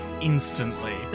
instantly